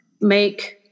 make